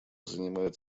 занимает